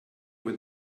with